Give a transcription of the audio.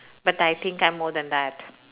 but I think I'm more than that